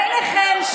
ביניכם,